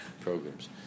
programs